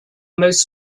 most